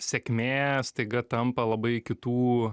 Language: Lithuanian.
sėkmė staiga tampa labai kitų